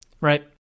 right